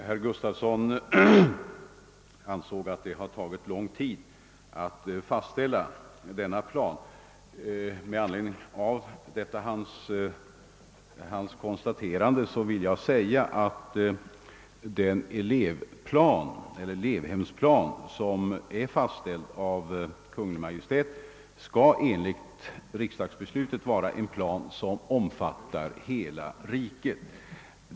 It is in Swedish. Herr talman! Herr Gustavsson sade att det har tagit lång tid att fastställa denna plan. Med anledning av detta hans konstaterande vill jag säga, att den elevhemsplan, som är fastställd av Kungl. Maj:t, enligt riksdagsbeslutet skall omfatta hela riket.